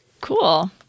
cool